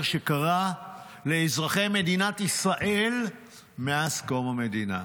שקרה לאזרחי מדינת ישראל מאז קום המדינה,